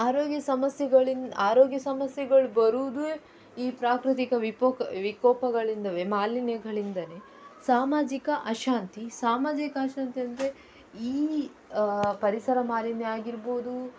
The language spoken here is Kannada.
ಆರೋಗ್ಯ ಸಮಸ್ಯೆಗಳಿಂದ ಆರೋಗ್ಯ ಸಮಸ್ಯೆಗಳು ಬರುವುದೇ ಈ ಪ್ರಾಕೃತಿಕ ವಿಕೋಪ ವಿಕೋಪಗಳಿಂದಲೇ ಮಾಲಿನ್ಯಗಳಿಂದಲೇ ಸಾಮಾಜಿಕ ಅಶಾಂತಿ ಸಾಮಾಜಿಕ ಅಶಾಂತಿ ಅಂದರೆ ಈ ಪರಿಸರ ಮಾಲಿನ್ಯ ಆಗಿರ್ಬೋದು